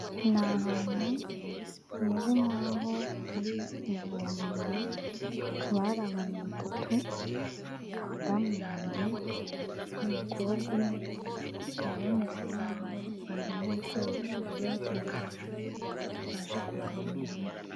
Ni ahantu hameze nkaho hari ivomero. Hakaba hari abantu batatu, abadamu babiri n'umukobwa umwe. Bakaba bameze nkaho bazanye ibikoresho bigiye bitandukanye baje kuvomeramo.